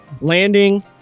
landing